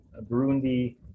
burundi